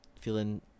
feeling